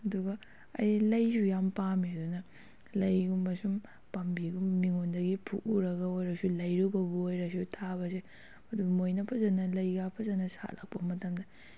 ꯑꯗꯨꯒ ꯑꯩ ꯂꯩꯁꯨ ꯌꯥꯝ ꯄꯥꯝꯃꯦ ꯑꯗꯨꯅ ꯂꯩꯒꯨꯝꯕ ꯁꯨꯝ ꯄꯥꯝꯕꯤꯒꯨꯝꯕ ꯃꯤꯉꯣꯟꯗꯒꯤ ꯐꯨꯛꯎꯔꯒ ꯑꯣꯏꯔꯁꯨ ꯂꯩꯔꯨꯕꯕꯨ ꯑꯣꯏꯔꯁꯨ ꯊꯥꯕꯁꯦ ꯑꯗꯨ ꯃꯣꯏꯅ ꯐꯖꯅ ꯂꯩꯒ ꯐꯖꯅ ꯁꯥꯠꯂꯛꯄ ꯃꯇꯝꯗ